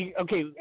okay